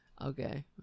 Okay